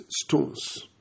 stones